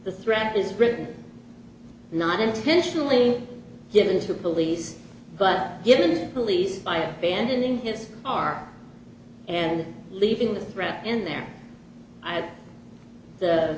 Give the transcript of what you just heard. the threat is written not intentionally given to police but given police by a band in his arm and leaving the brass in there i